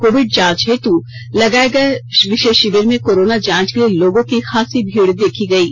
Covid जांच हेतु लगाये गये विशेष शिविर में कोरोना जांच के लिए लोगों की खासी भीड देखी गयी